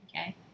okay